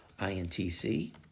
INTC